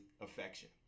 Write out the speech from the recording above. affection